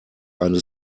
eine